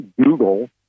Google